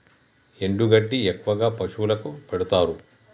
ఎండు గడ్డి ఎక్కువగా పశువులకు పెడుతారు